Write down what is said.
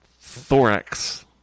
thorax